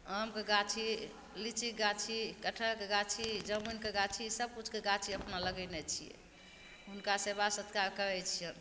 आमके गाछी लिच्चीके गाछी कटहरके गाछी जामुनके गाछी सबकिछुके गाछी अपना लगेने छिए हुनका सेवा सत्कार करै छिअनि